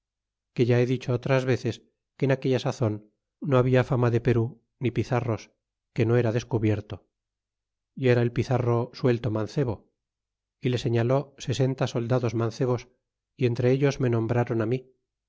que ya he dicho otras veces que en aquella sazon no habla fama de perú ni pizarros que no era descubierto y era el pizarro suelto mancebo y lo señaló sesenta soldados mancebos y entre ellos me nombrron mí